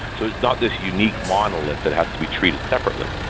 so it's not this unique monolith that has to be treated separately.